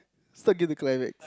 stuck in the climax